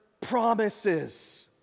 promises